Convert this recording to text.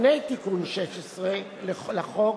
לפני תיקון 16 לחוק,